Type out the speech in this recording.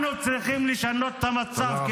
אנחנו צריכים לשנות את המצב,